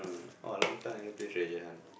uh I long time never play treasure hunt